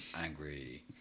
angry